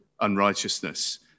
unrighteousness